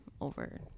over